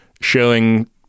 showing